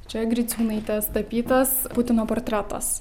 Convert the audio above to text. čia griciūnaitės tapytas putino portretas